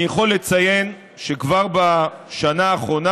אני יכול לציין שכבר בשנה האחרונה,